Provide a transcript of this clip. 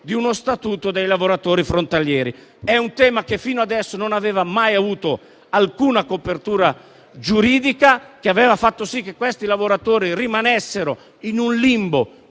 di uno statuto dei lavoratori frontalieri. È un tema che fino adesso non aveva mai avuto nessuna copertura giuridica, che aveva fatto sì che questi lavoratori rimanessero in un limbo